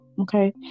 okay